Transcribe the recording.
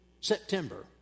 September